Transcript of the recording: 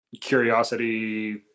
curiosity